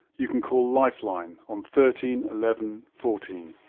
you can call lifeline on thirteen eleven fourteen.